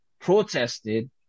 protested